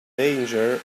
danger